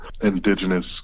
Indigenous